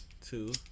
two